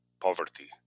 poverty